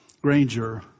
Granger